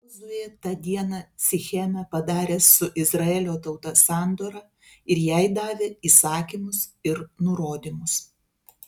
jozuė tą dieną sicheme padarė su izraelio tauta sandorą ir jai davė įsakymus ir nurodymus